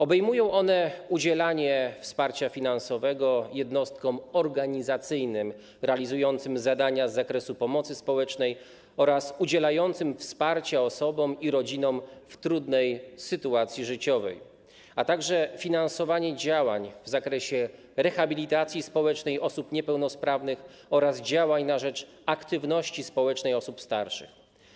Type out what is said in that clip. Obejmują one udzielanie wsparcia finansowego jednostkom organizacyjnym realizującym zadania z zakresu pomocy społecznej oraz udzielającym wsparcia osobom i rodzinom w trudnej sytuacji życiowej, a także finansowanie działań w zakresie rehabilitacji społecznej osób niepełnosprawnych oraz działań na rzecz aktywności społecznej osób starszych.